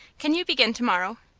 can you begin to-morrow?